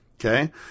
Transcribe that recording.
Okay